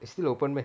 it's still open meh